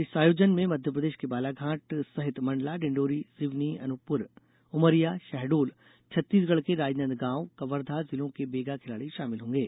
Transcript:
इस आयोजन में मध्यप्रदेश के बालाघाट सहित मंडला डिंडोरी सिवनी अनुपपुर उमरिया शहडोल छत्तीसगढ़ के राजनांदगांव कवर्धा जिलों के बैगा खिलाड़ी शामिल होंगे